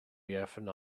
and